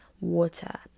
water